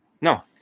no